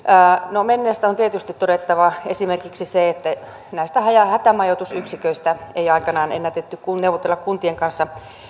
no menneestä on tietysti todettava esimerkiksi se että näistä hätämajoitusyksiköistä ei aikanaan ennätetty neuvotella kuntien kanssa